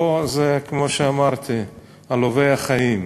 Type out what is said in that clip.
פה זה כמו שאמרתי: עלובי החיים.